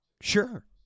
Sure